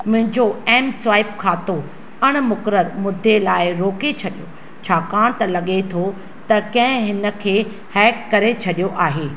मुंहिंजो M swipe खातो अण मुक़ररु मुदे लाइ रोके छॾियो छाकाणि त लॻे थो त कंहिं हिन खे हैक करे छॾियो आहे